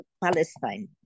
Palestine